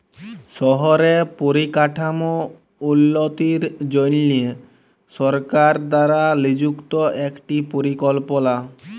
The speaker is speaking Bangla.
শহরে পরিকাঠাম উল্যতির জনহে সরকার দ্বারা লিযুক্ত একটি পরিকল্পলা